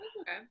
Okay